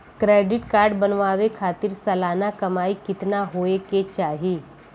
Credit card बनवावे खातिर सालाना कमाई कितना होए के चाही?